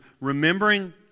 remembering